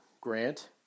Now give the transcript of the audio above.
Grant